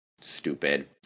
stupid